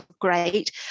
great